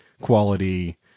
quality